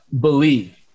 believe